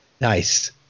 Nice